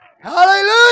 Hallelujah